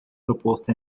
proposto